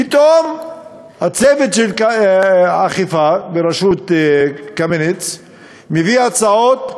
פתאום הצוות של האכיפה בראשות קמיניץ מביא הצעות,